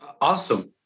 Awesome